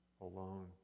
alone